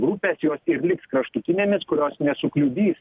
grupės jos ir liks kraštutinėmis kurios nesukliudys